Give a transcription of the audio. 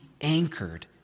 anchored